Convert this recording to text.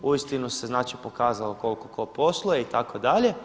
Uistinu se znači pokazalo koliko tko posluje itd.